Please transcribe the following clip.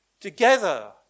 Together